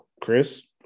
Chris